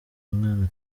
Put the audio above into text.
umwana